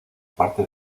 parte